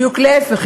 בדיוק ההפך,